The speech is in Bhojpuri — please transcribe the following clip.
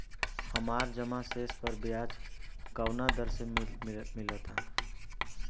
हमार जमा शेष पर ब्याज कवना दर से मिल ता?